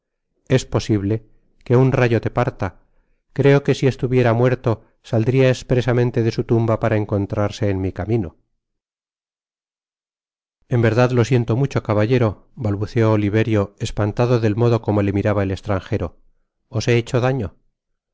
es posible qué un rajo te parta creo qué si esluviera muerto saldria expresamente de su tumba para encontrarse en mi camino en verdad lo siento mucho caballero balbucej oliverio espantado del modo como le miraba el estrangero os he hecho daño